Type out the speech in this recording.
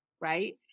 right